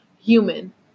Human